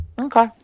Okay